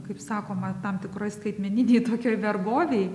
kaip sakoma tam tikroj skaitmeninėj tokioj vergovėj